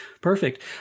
perfect